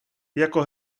jako